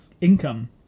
income